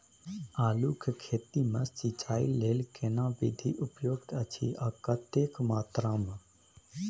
आलू के खेती मे सिंचाई लेल केना विधी उपयुक्त अछि आ कतेक मात्रा मे?